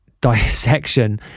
dissection